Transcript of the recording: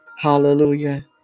hallelujah